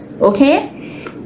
okay